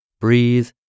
breathe